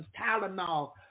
Tylenol